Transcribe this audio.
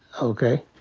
okay?